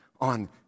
on